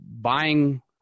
buying